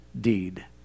deed